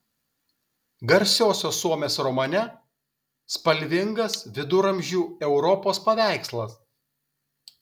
garsiosios suomės romane spalvingas viduramžių europos paveikslas